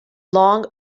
long